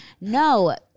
No